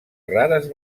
rares